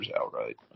outright